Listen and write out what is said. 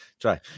try